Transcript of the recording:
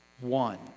one